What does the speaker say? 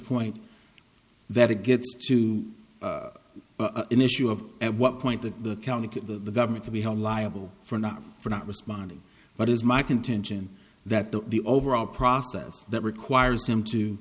point that it gets to an issue of at what point the county get the government to be held liable for not for not responding but is my contention that the the overall process that requires him to